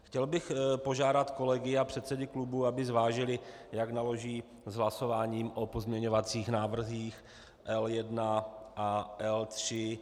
Chtěl bych požádat kolegy a předsedy klubů, aby zvážili, jak naloží s hlasováním o pozměňovacích návrzích L1 a L3.